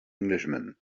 englishman